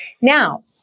Now